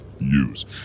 use